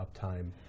uptime